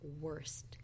worst